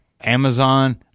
Amazon